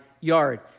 yard